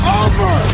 over